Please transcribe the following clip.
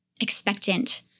expectant